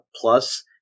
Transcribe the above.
Plus